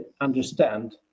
understand